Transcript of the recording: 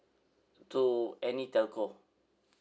so any telco